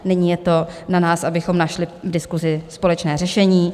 Nyní je to na nás, abychom našli v diskusi společné řešení.